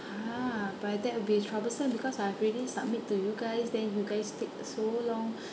!huh! but that will be troublesome because I've already submit to you guys then you guys take so long